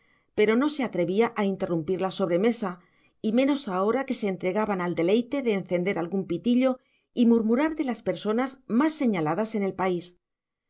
pero no se atrevía a interrumpir la sobremesa y menos ahora que se entregaban al deleite de encender algún pitillo y murmurar de las personas más señaladas en el país